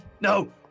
no